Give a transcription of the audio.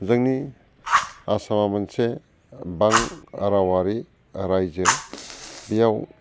जोंनि आसामा मोनसे गोबां रावारि राइजो बेयाव